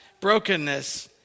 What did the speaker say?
brokenness